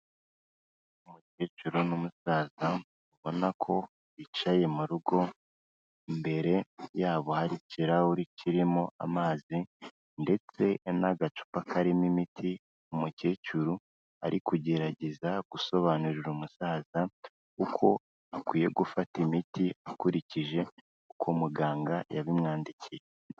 Umukecuru n'umusaza ubona ko bicaye mu rugo, imbere yabo hari ikirahuri kirimo amazi ndetse n'agacupa karimo imiti, umukecuru ari kugerageza gusobanurira umusaza uko akwiye gufata imiti akurikije uko muganga yabimwandikiye.